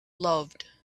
loved